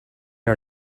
are